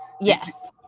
yes